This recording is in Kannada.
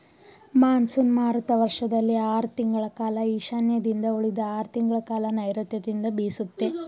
ಮಾನ್ಸೂನ್ ಮಾರುತ ವರ್ಷದಲ್ಲಿ ಆರ್ ತಿಂಗಳ ಕಾಲ ಈಶಾನ್ಯದಿಂದ ಉಳಿದ ಆರ್ ತಿಂಗಳಕಾಲ ನೈರುತ್ಯದಿಂದ ಬೀಸುತ್ತೆ